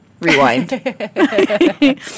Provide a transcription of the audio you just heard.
Rewind